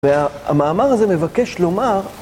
והמאמר הזה מבקש לומר...